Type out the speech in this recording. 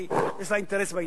כי יש לה אינטרס בעניין,